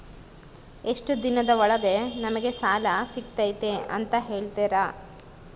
ಎಷ್ಟು ದಿನದ ಒಳಗೆ ನಮಗೆ ಸಾಲ ಸಿಗ್ತೈತೆ ಅಂತ ಹೇಳ್ತೇರಾ?